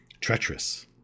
treacherous